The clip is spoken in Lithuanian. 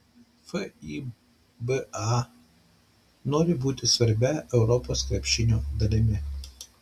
fiba nori būti svarbia europos krepšinio dalimi